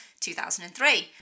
2003